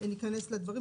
מיד ניכנס לדברים.